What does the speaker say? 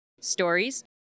stories